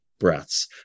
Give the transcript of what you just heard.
breaths